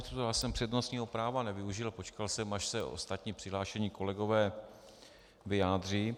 Já jsem přednostního práva nevyužil, počkal jsem, až se ostatní přihlášení kolegové vyjádří.